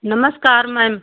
नमस्कार मैम